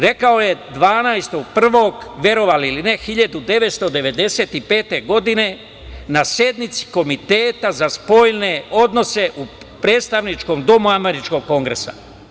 Rekao je 12.01. verovali ili ne 1995. godine na sednici Komiteta za spoljne odnose u predstavničkom domu američkog Kongresa.